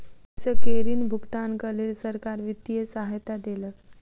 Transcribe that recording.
कृषक के ऋण भुगतानक लेल सरकार वित्तीय सहायता देलक